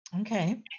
Okay